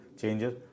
changes